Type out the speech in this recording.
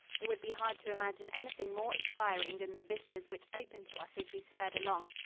it would be hard to imagine anything more inspiring than the vistas which opened to us as we sped along.